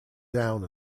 down